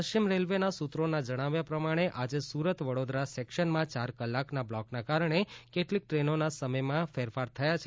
પશ્ચિમ રેલવેના સૂત્રોના જણાવ્યા પ્રમાણે આજે સુરત વડોદરા સેક્શનમાં ચાર કલાકના બ્લોકના કારણે કેટલીક ટ્રેનોના સમયમાં ફેરફાર થયા છે